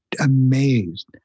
amazed